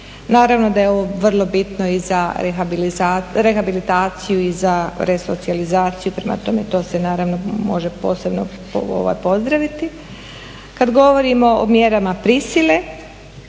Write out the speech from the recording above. Naravno da je ovo vrlo bitno i za rehabilitaciju i za resocijalizaciju, prema tome to se može posebno pozdraviti. Kada govorimo o mjerama prisile